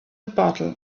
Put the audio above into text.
bottle